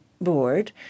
Board